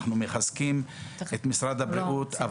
אנחנו מחזקים את משרד הבריאות,